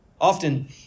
Often